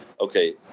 okay